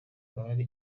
bari